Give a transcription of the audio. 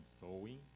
sewing